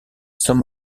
some